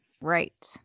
Right